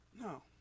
No